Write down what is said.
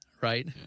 right